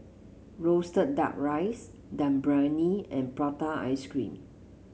roasted duck rice Dum Briyani and Prata Ice Cream